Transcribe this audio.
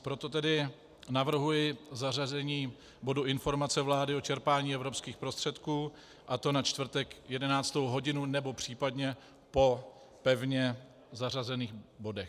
Proto tedy navrhuji zařazení bodu Informace vlády o čerpání evropských prostředků, a to na čtvrtek na 11. hodinu, případně po pevně zařazených bodech.